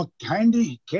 Candy